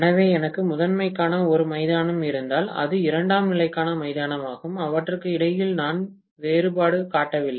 எனவே எனக்கு முதன்மைக்கான ஒரு மைதானம் இருந்தால் அது இரண்டாம் நிலைக்கான மைதானமாகும் அவற்றுக்கு இடையில் நான் வேறுபாடு காட்டவில்லை